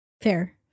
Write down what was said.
fair